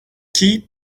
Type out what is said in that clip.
keep